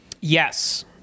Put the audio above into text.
Yes